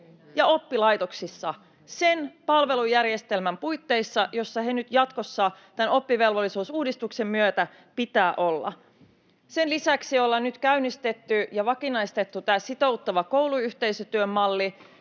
ja oppilaitoksissa sen palvelujärjestelmän puitteissa, jossa heidän nyt jatkossa tämän oppivelvollisuusuudistuksen myötä pitää olla. Sen lisäksi ollaan nyt käynnistetty ja vakinaistettu tämä sitouttava kouluyhteisötyön malli,